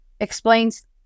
explains